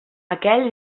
aquells